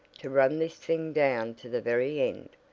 to run this thing down to the very end.